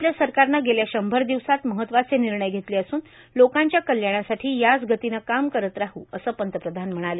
आपल्या सरकारनं गेल्या शंभर दिवसांत महत्वाचे निर्णय घेतले असून लोकांच्या कल्याणासाठी याच गतीनं काम करत राह असं पंतप्रधान म्हणाले